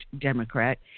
Democrat